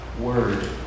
word